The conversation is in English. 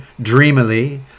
dreamily